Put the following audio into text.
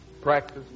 Practice